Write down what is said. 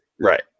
right